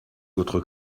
votre